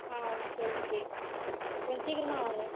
ஆ சரி ஓகே கொஞ்ச சீக்கிரமாக வாங்க